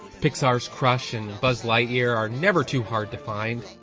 pixar's crush and buzz lightyear are never too hard to find.